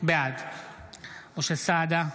בעד משה סעדה,